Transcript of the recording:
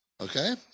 Okay